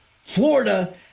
Florida